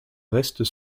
restes